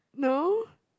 no